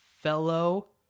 fellow